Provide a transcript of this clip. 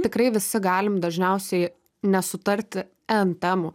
tikrai visi galim dažniausiai nesutarti en temų